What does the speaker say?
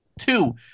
Two